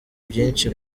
byinshi